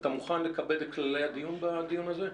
אתה מוכן לכבד את כללי הדיון בדיון הזה?